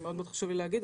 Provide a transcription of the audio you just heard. שמאוד מאוד חשוב לי להגיד.